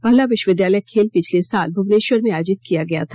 पहला विश्वविद्यालय खेल पिछले साल भुवनेश्वर में आयोजित किया गया था